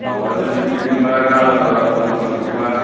दावलाजों जोख्लिजोंबा आरो आलादा जाबावगोन खोमा बिदिबा